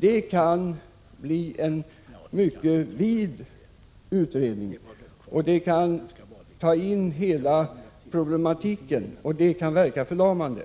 Det kan bli en mycket vid utredning som tar in hela problematiken, och det kan verka förlamande.